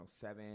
seven